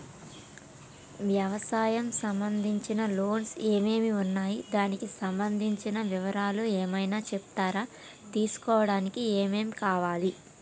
వ్యవసాయం సంబంధించిన లోన్స్ ఏమేమి ఉన్నాయి దానికి సంబంధించిన వివరాలు ఏమైనా చెప్తారా తీసుకోవడానికి ఏమేం కావాలి?